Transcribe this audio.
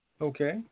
Okay